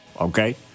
Okay